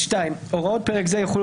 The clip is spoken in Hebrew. תיקון